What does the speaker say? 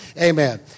amen